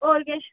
होर किश